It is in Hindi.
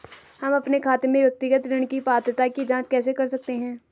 हम अपने खाते में व्यक्तिगत ऋण की पात्रता की जांच कैसे कर सकते हैं?